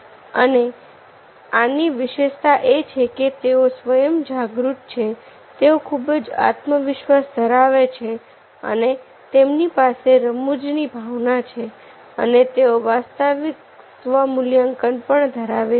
અને આની વિશેષતા એ છે કે તેઓ સ્વયં જાગૃત છે તેઓ ખૂબ જ આત્મવિશ્વાસ ધરાવે છે અને તેમની પાસે રમૂજની ભાવના છે અને તેઓ વાસ્તવિક સ્વમૂલ્યાંકન પણ ધરાવે છે